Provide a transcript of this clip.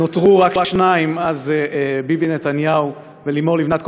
נותרו רק שניים: ביבי נתניהו ולימור לבנת.